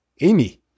Amy